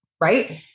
Right